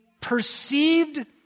perceived